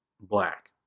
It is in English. Black